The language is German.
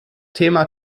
thema